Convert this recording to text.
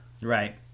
Right